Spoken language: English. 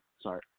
Sorry